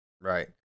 right